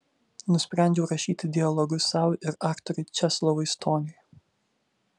nusprendžiau rašyti dialogus sau ir aktoriui česlovui stoniui